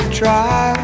try